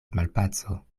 malpaco